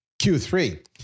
Q3